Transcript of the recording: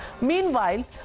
Meanwhile